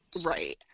Right